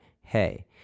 hey